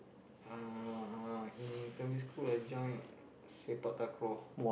uh in primary school I join sepak takraw